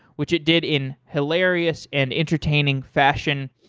which it did in hilarious and entertaining fashion.